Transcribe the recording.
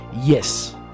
yes